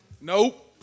Nope